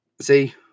see